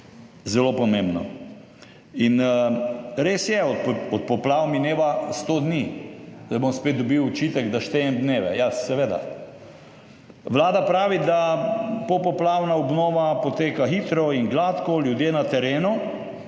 Zelo pomembno. In res je, od poplav mineva sto dni. Zdaj bom spet dobil očitek, da štejem dneve. Ja, seveda. Vlada pravi, da popoplavna obnova poteka hitro in gladko, ljudje na terenu